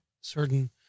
certain